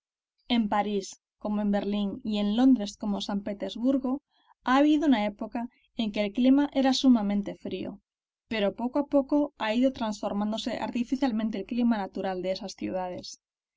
en parís como en berlín y en londres como san petersburgo ha habido una época en que el clima era sumamente frío pero poco a poco ha ido transformándose artificialmente el clima natural de esas ciudades